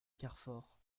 carfor